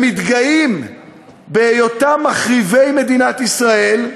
הם מתגאים בהיותם מחריבי מדינת ישראל.